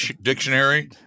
Dictionary